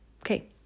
Okay